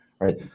Right